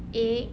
egg